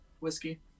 Whiskey